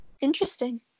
interesting